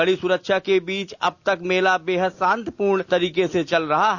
कड़ी सुरक्षा के बीच अब तक मेला बेहद शान्तिपूर्वक तरीके से चल रहा है